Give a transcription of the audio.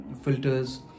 filters